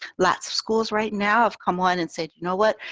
lots of schools right now i've come on and said, you know what,